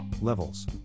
levels